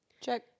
check